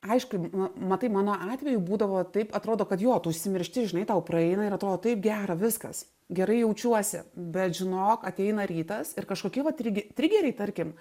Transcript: aišku matai mano atveju būdavo taip atrodo kad jo tu užsimiršti žinai tau praeina ir atrodo taip gera viskas gerai jaučiuosi bet žinok ateina rytas ir kažkokie vat trige trigeriai tarkim